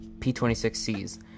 P-26Cs